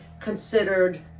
considered